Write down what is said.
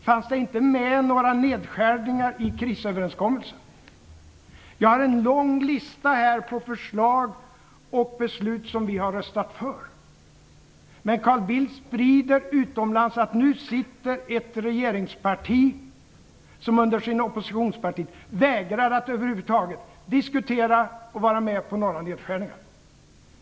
Fanns det inte med några nedskärningar i krisöverenskommelsen? Jag har en lång lista på förslag och beslut som vi har röstat för. Men Carl Bildt sprider ut utomlands att det nu sitter ett regeringsparti som under sin oppositionstid vägrade att över huvud taget diskutera och vara med på några nedskärningar.